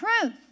truth